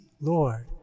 Lord